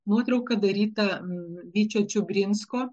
nuotrauka darytą vyčio čiubrinsko